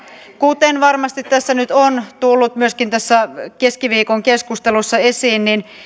kuten varmasti nyt on tullut myöskin tässä keskiviikon keskustelussa esiin niin